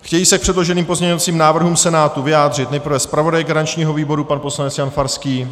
Chtějí se k předloženým pozměňovacím návrhům Senátu vyjádřit nejprve zpravodaj garančního výboru pan poslanec Jan Farský?